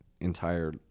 entire